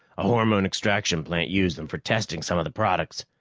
a hormone extraction plant used them for testing some of the products.